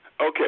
Okay